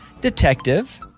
detective